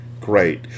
Great